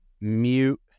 mute